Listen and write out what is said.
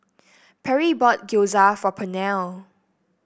Perry bought Gyoza for Pernell